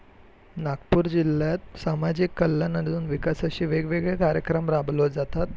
नागपूर जिल्ह्यात सामाजिक कल्याण तून विकासाचे वेगवेगळे कार्यक्रम राबवले जातात